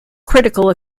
critical